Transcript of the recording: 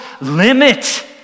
limit